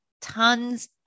tons